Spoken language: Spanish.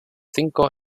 cinco